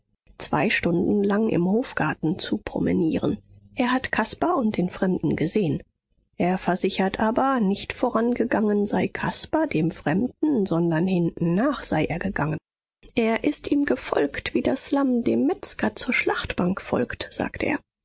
zwei stunden lang im hofgarten zu promenieren er hat caspar und den fremden gesehen er versichert aber nicht vorangegangen sei caspar dem fremden sondern hintennach sei er gegangen er ist ihm gefolgt wie das lamm dem metzger zur schlachtbank folgt sagt er